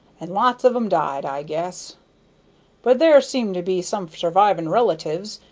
and lots of em died, i guess but there seem to be some survivin' relatives,